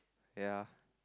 ya